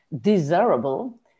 desirable